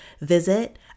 visit